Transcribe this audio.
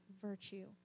virtue